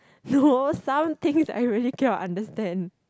no some things I really cannot understand